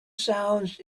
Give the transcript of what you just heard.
sounds